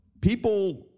people